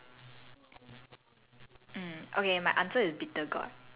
ah ya ya ya ya I mean wild food all like that one but